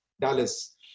Dallas